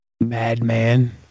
madman